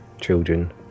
children